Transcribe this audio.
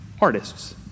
artists